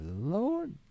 Lord